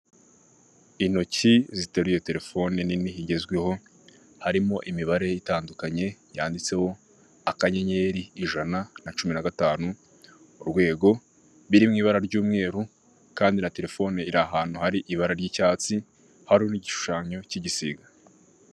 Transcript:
Intoki ziteru iyo telefone nini igezweho harimo imibare itandukanye yanditseho akanyenyeri ijana na cumi na gatanu urwego, biri mu ibara ry'umweru kandi na telefone iri ahantu hari ibara ry'icyatsi, hari n' igishushanyo k'igisiga.